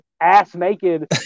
ass-naked